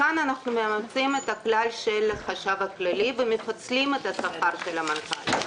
כאן אנחנו מאמצים את הכלל של החשב הכללי ומפצלים את השכר של המנכ"ל.